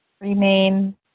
remain